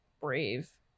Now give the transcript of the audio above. brave